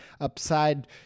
upside